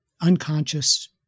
unconscious